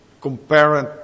comparing